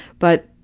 but,